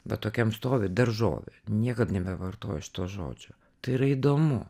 va tokiam stovy daržovė niekad nebevartoju šito žodžio tai yra įdomu